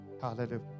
Hallelujah